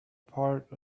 part